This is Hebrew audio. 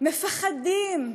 מפחדים,